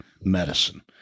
medicine